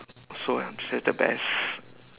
so your answer is the best